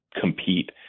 compete